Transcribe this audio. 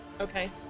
Okay